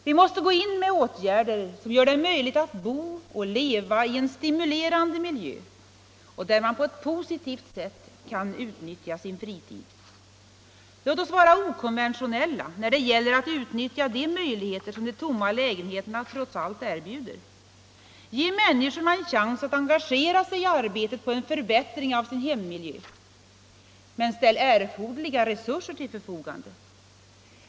Vi måste gå in med åtgärder som gör det möjligt att bo och leva i en stimulerande miljö där man kan på ett positivt sätt utnyttja sin fritid. Låt oss vara okonventionella när det gäller att utnyttja de möjligheter som de tomma lägenheterna trots allt erbjuder. Ge människorna en chans att engagera sig i arbetet på en förbättring av sin hemmiljö! Men ställ erforderliga resurser till förfogande!